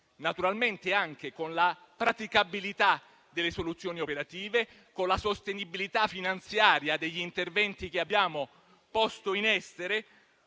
naturalmente anche con la praticabilità delle soluzioni operative, con la sostenibilità finanziaria degli interventi che abbiamo posto in essere.